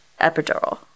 epidural